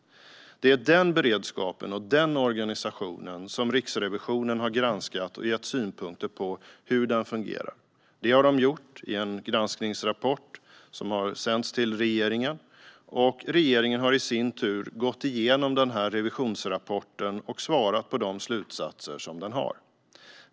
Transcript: Det är den beredskapen och den organisationen som Riksrevisionen har granskat och gett synpunkter på hur den fungerar. Det har den gjort i en granskningsrapport som har sänts till regeringen. Regeringen har i sin tur gått igenom revisionsrapporten och svarat på de slutsatser som den har.